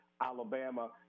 Alabama